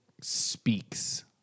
speaks